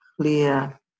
clear